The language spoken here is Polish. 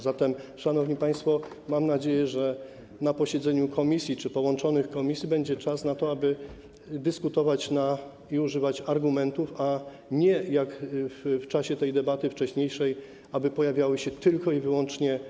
Zatem, szanowni państwo, mam nadzieję, że na posiedzeniu komisji czy połączonych komisji będzie czas na to, aby dyskutować i używać argumentów, a nie, jak w czasie tej wcześniejszej debaty, że pojawią się tylko i wyłącznie